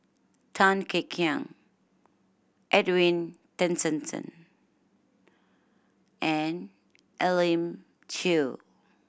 Tan Kek Hiang Edwin Tessensohn and Elim Chew